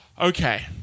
Okay